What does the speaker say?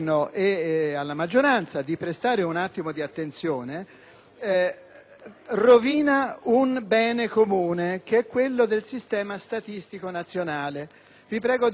rovina un bene comune che è quello del sistema statistico nazionale. Vi prego di prestare brevemente attenzione a questo fatto. Sulla correttezza